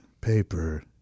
paper